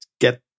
get